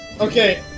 Okay